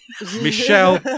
Michelle